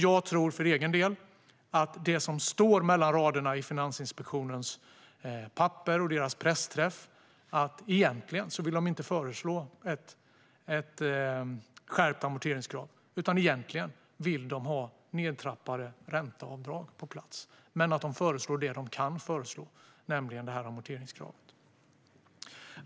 Jag tror för egen del att om man läser mellan raderna vill Finansinspektionen inte ha ett skärpt amorteringskrav utan ett nedtrappat ränteavdrag. Men nu föreslår de det som de kan föreslå, nämligen detta amorteringskrav.